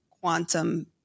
quantum